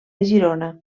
girona